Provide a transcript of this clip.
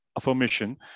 affirmation